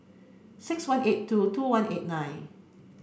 six one eight two two one eight nine